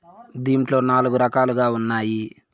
దీంట్లో నాలుగు రకాలుగా ఉన్నాయి